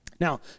Now